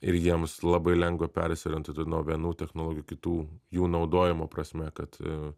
ir jiems labai lengva persiorientuoti nuo vienų technologijų kitų jų naudojimo prasme kad